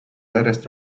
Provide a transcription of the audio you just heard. järjest